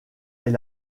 est